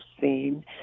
seen